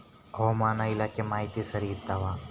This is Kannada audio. ಹವಾಮಾನ ಇಲಾಖೆ ಮಾಹಿತಿ ಸರಿ ಇರ್ತವ?